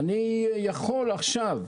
אני יכול עכשיו,